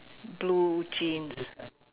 blue jeans